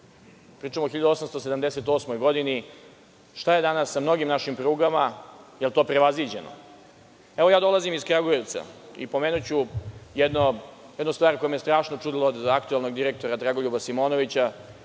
Pričam o 1878. godini. Šta je danas sa mnogim našim prugama? Da li je to prevaziđeno? Dolazim iz Kragujevca i pomenuću jednu stvar, koja me je strašno čudila, vezanu za aktuelnog direktora Dragoljuba Simonovića.